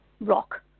rock